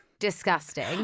disgusting